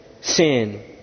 sin